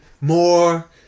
more